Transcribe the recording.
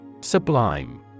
Sublime